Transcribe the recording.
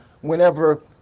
whenever